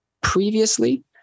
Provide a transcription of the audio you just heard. previously